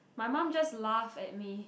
my mum just laugh at me